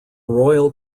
royal